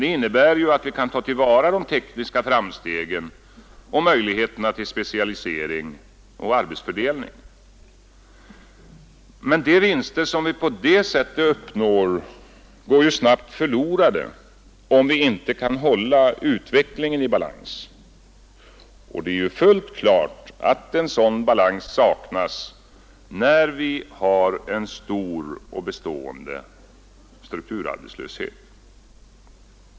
Den innebär att vi kan ta till vara de tekniska framstegen samt möjligheterna till specialisering och arbetsfördelning. Men de vinster som vi på det sättet uppnår går snabbt förlorade, om vi inte kan hålla utvecklingen i balans. Och det är fullt klart att en sådan balans saknas, när vi har en stor och bestående strukturarbetslöshet.